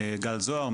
גל זוהר,